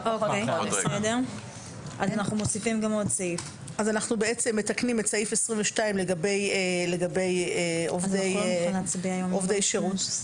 אנחנו מתקנים את סעיף 22 לגבי עובדי שירות,